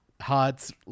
Hearts